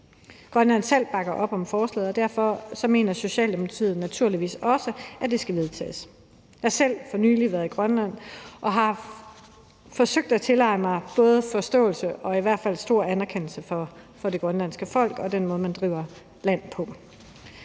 Grønland selv bakker op om forslaget, og derfor mener Socialdemokratiet naturligvis også, at det skal vedtages. Jeg har selv for nylig været i Grønland og har forsøgt at tilegne mig både forståelse og i hvert fald stor påskønnelse for det grønlandske folk og den måde, man driver land på.